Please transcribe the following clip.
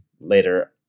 later